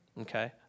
okay